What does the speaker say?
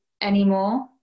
anymore